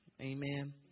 Amen